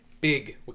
Big